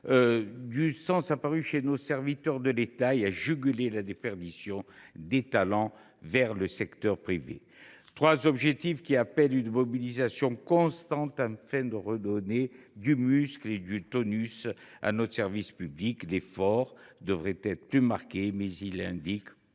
du sens apparue chez nos serviteurs de l’État ; à juguler la déperdition des talents vers le secteur privé. Ces trois objectifs appellent une mobilisation constante afin de redonner du muscle et du tonus à notre service public. L’effort devrait être plus marqué, mais, disons